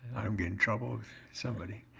i don't get in trouble with somebody.